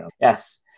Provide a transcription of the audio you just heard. Yes